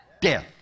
death